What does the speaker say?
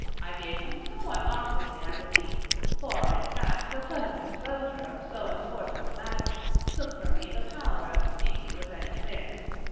i gave them somewhat awkwardly, i believe for, in fact, the sudden disclosure of so important a matter took from me the power of speaking with any clearness.